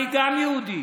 גם אני יהודי